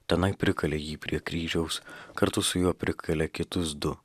tenai prikalė jį prie kryžiaus kartu su juo prikalė kitus du